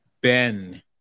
Ben